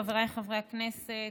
חבריי חברי הכנסת,